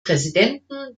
präsidenten